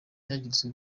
yagirizwa